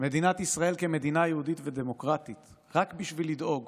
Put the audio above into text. מדינת ישראל כמדינה יהודית ודמוקרטית רק בשביל לדאוג